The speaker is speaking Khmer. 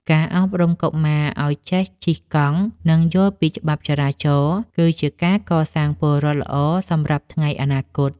ការអប់រំកុមារឱ្យចេះជិះកង់ និងយល់ពីច្បាប់ចរាចរណ៍ គឺជាការកសាងពលរដ្ឋល្អសម្រាប់ថ្ងៃអនាគត។